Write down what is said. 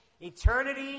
Eternity